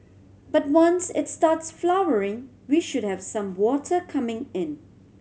but once it starts flowering we should have some water coming in